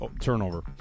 turnover